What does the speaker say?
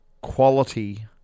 quality